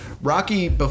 Rocky